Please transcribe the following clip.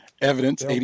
Evidence